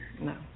No